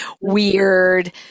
weird